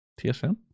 TSM